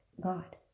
God